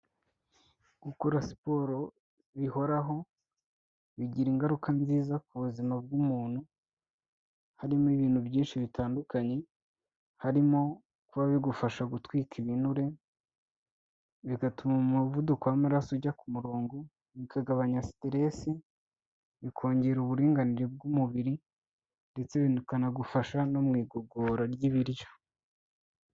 Gukora siporo bihoraho, bigira ingaruka nziza ku buzima bw'umuntu, harimo ibintu byinshi bitandukanye, harimo: Kuba bigufasha gutwika ibinure, bigatuma umuvuduko w'amaraso ujya ku murongo, bikagabanya siteresi, bikongera uburinganire bw'umubiri ndetse bikanagufasha no mu igogora ry'ibiryo.